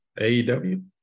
AEW